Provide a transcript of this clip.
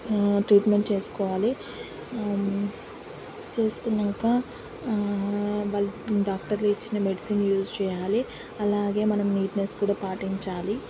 treatment చేసుకోవాలి చేసుకున్నాక వాళ్ళు డాక్టర్లు ఇచ్చిన మెడిసిన్ యూజ్ చేయాలి అలాగే మనము నీట్నెస్ కూడా పాటించాలి